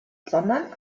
sondern